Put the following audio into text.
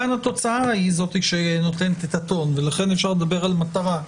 כאן התוצאה היא זו שנותנת את הטון ולכן אפשר לדבר על מטרה.